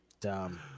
Dumb